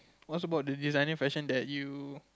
what's about the designer fashion that you